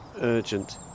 urgent